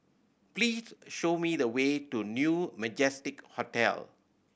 please show me the way to New Majestic Hotel